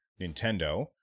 Nintendo